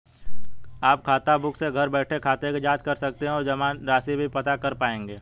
आप खाताबुक से घर बैठे खाते की जांच कर सकते हैं और जमा राशि भी पता कर पाएंगे